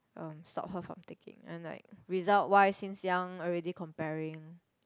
um stop her from taking and like result wise since young already comparing